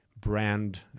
brand